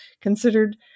considered